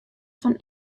fan